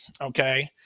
okay